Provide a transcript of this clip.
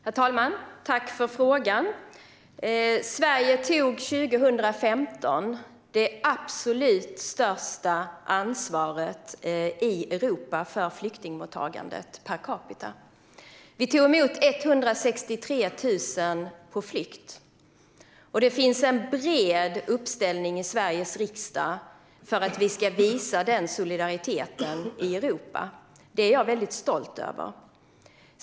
Herr talman! Jag tackar för frågan. Sverige tog 2015 det absolut största ansvaret i Europa för flyktingmottagandet per capita. Vi tog emot 163 000 på flykt. Det finns en bred uppställning i Sveriges riksdag för att vi ska visa den solidariteten i Europa. Det är jag väldigt stolt över.